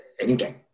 anytime